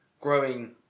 growing